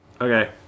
Okay